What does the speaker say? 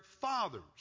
fathers